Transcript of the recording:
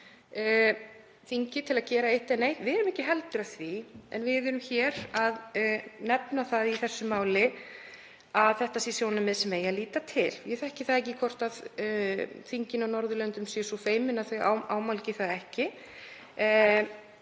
þingið til að gera eitt eða neitt. Við erum ekki heldur að því. En við erum hér að nefna það í þessu máli að þetta sé sjónarmið sem eigi að líta til. Ég þekki það ekki hvort þingin á Norðurlöndum séu svo feimin að þau ámálgi það ekki